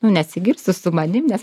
nesigirsiu su manim nes